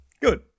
Good